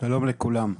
שלום לכולם,